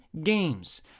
games